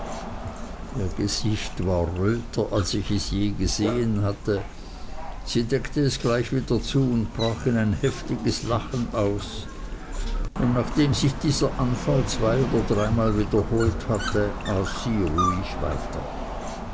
ihr gesicht war röter als ich es je gesehen hatte sie deckte es gleich wieder zu und brach in ein heftiges lachen aus und nachdem sich dieser anfall zwei-oder dreimal wiederholt hatte aß sie ruhig weiter